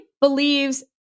believes